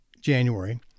january